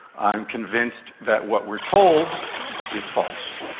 i'm convinced that what we're told is false,